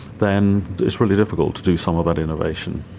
then it's really difficult to do some of that innovation.